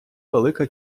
велика